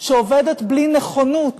שעובדת בלי נכונות